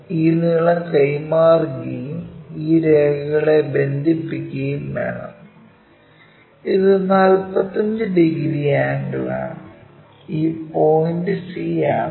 ഈ നീളം കൈമാറുകയും ഈ രേഖകളെ ബന്ധിപ്പിക്കുകയും വേണം ഇത് 45 ഡിഗ്രി ആംഗിൾ ആണ് ഈ പോയിന്റ് c ആണ്